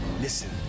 Listen